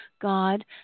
God